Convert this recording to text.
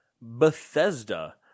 Bethesda